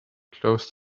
close